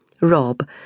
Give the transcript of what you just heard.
Rob